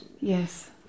Yes